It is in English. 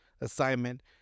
assignment